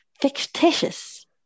fictitious